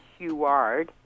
Heward